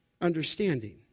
understanding